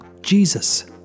Jesus